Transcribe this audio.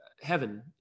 heaven